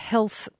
Health